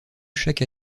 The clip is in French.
chaque